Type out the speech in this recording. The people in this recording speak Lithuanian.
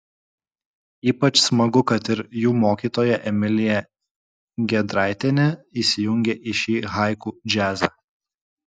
ypač smagu kad ir jų mokytoja emilija gedraitienė įsijungė į šį haiku džiazą